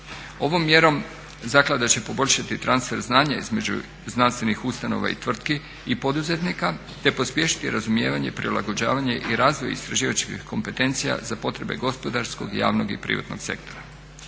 Ovom mjerom zaklada će poboljšati transfer znanja između znanstvenih ustanova i tvrtki i poduzetnika te pospješiti razumijevanje, prilagođavanje i razvoj istraživačkih kompetencija za potrebe gospodarskog, javnog i privatnog sektora.